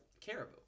Caribou